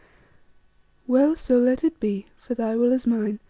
well, so let it be, for thy will is mine,